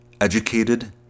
educated